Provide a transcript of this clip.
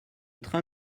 train